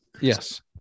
Yes